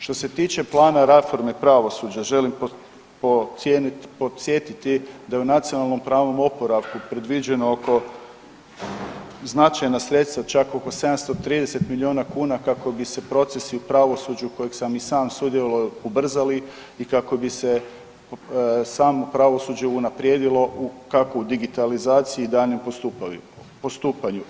Što se tiče plana reforme pravosuđe želim podsjetiti da je u nacionalnom pravom oporavku predviđeno oko značajna sredstva čak oko 730 milijuna kuna kako bi se procesi u pravosuđu kojeg sam i sam sudjelovao ubrzali i kako bi se samo pravosuđe unaprijedilo kako u digitalizaciji i daljnjem postupanju.